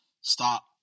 stop